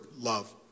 love